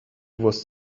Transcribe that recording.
was